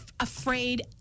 afraid